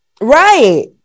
Right